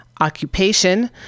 occupation